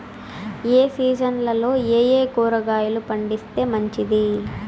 ఏ సీజన్లలో ఏయే కూరగాయలు పండిస్తే మంచిది